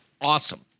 awesome